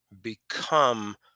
become